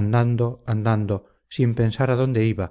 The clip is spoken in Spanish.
andando andando sin pensar a dónde iba